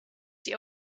die